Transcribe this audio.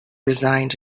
resigned